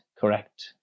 Correct